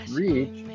reach